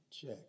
check